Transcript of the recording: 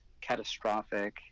catastrophic